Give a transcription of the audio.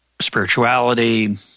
spirituality